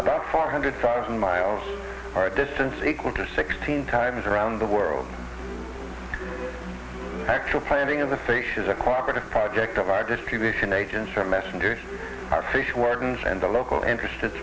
about four hundred thousand miles our distance equal to sixteen times around the world actual planting of the fish is a cooperative project of our distribution agency or messengers our fish wardens and a local interested